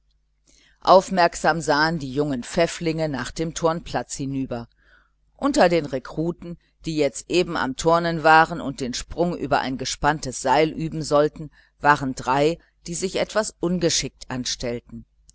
aufmerksam sahen die jungen pfäfflinge nach dem turnplatz hinüber unter den rekruten die jetzt eben am turnen waren und den sprung über ein gespanntes seil üben sollten waren drei die sich gar ungeschickt dazu anstellten